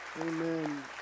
Amen